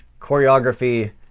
Choreography